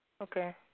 Okay